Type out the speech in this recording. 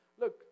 look